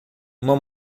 uma